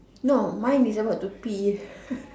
no mine is about to pee